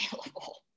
available